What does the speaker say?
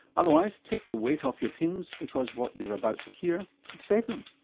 otherwise take the weight off your pins because what you're about to hear could save them.